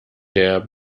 der